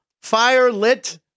fire-lit